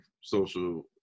social